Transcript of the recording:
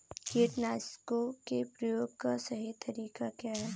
कीटनाशकों के प्रयोग का सही तरीका क्या है?